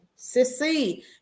Sissy